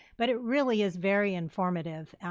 but it really is very informative.